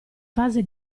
fase